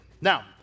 Now